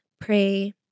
pray